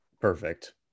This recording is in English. perfect